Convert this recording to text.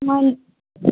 ਨਾ